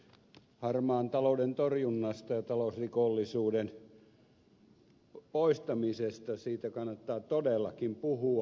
harmaan talouden torjunnasta ja talousrikollisuuden poistamisesta kannattaa todellakin puhua